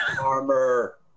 Armor